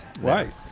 Right